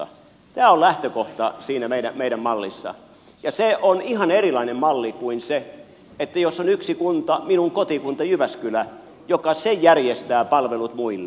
tämä on lähtökohta siinä meidän mallissamme ja se on ihan erilainen malli kuin se jos on yksi kunta minun kotikuntani jyväskylä joka järjestää palvelut muille